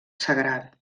sagrat